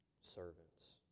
servants